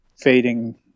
fading